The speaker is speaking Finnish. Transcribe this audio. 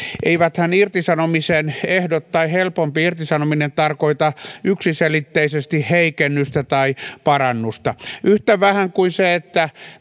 eiväthän irtisanomisen ehdot tai helpompi irtisanominen tarkoita yksiselitteisesti heikennystä tai parannusta yhtä vähän kuin se että